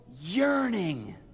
yearning